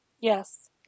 Yes